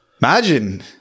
Imagine